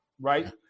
Right